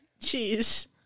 Jeez